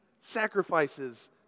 sacrifices